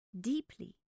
deeply